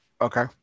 Okay